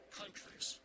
countries